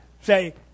Say